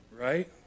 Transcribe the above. Right